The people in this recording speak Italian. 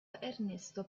ernesto